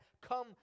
come